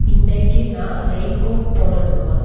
இன்றைக்கு நான் raincoat போடணுமா